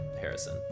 Harrison